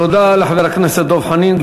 תודה לחבר הכנסת דב חנין.